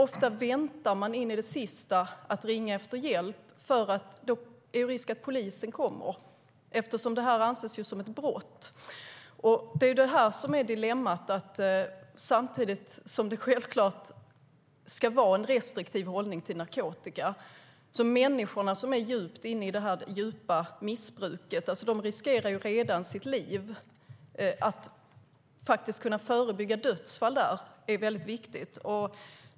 Ofta väntar man in i det sista med att ringa efter hjälp eftersom risken finns att polisen kommer, och detta anses ju som ett brott. Detta är ett dilemma. Självklart ska man ha en restriktiv hållning till narkotika. Men de människor som har ett djupt missbruk riskerar redan sina liv. Att förebygga att dödsfall sker i detta sammanhang är väldigt viktigt.